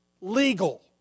legal